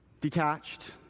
Detached